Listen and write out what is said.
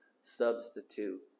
substitute